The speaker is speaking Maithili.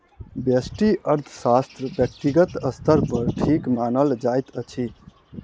व्यष्टि अर्थशास्त्र व्यक्तिगत स्तर पर ठीक मानल जाइत अछि